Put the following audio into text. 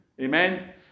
Amen